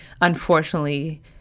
unfortunately